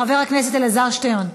חבר הכנסת אלעזר שטרן.